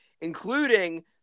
including